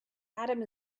adam